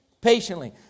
patiently